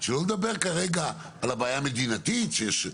שלא לדבר כרגע על הבעיה המדינתית שיש.